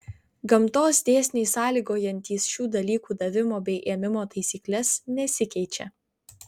gamtos dėsniai sąlygojantys šių dalykų davimo bei ėmimo taisykles nesikeičia